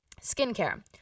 Skincare